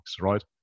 right